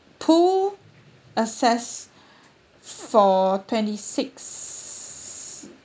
pool access for twenty six